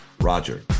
Roger